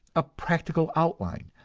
a practical outline,